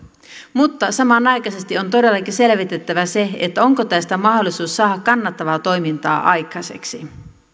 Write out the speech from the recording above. mutta samanaikaisesti on todellakin selvitettävä se onko tästä mahdollisuus saada kannattavaa toimintaa aikaiseksi